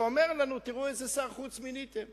אומר לנו: תראו איזה שר חוץ מיניתם.